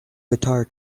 guitar